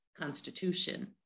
Constitution